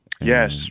Yes